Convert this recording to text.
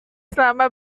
selama